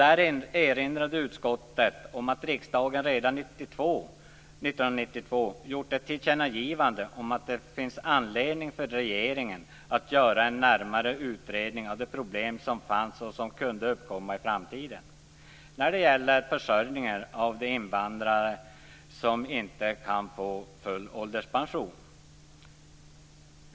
Där erinrade utskottet om att riksdagen redan 1992 gjorde ett tillkännagivande om att det fanns anledning för regeringen att göra en närmare utredning av de problem som fanns och som kunde uppkomma i framtiden när det gäller försörjningen av de invandrare som inte kan få full ålderspension.